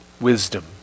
Wisdom